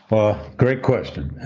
well, great question.